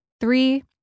Three